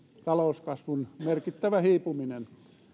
talouskasvun merkittävä hiipuminen